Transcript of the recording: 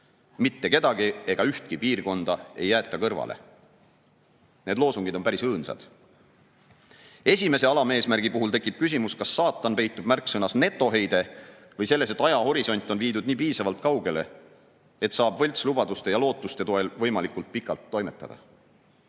mitte kedagi ega ühtki piirkonda ei jäeta kõrvale. Need loosungid on päris õõnsad. Esimese alaeesmärgi puhul tekib küsimus, kas saatan peitub märksõnas "netoheide" või selles, et ajahorisont on viidud piisavalt kaugele ning võltslubaduste ja lootuste toel saab võimalikult pikalt toimetada.